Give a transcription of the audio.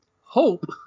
hope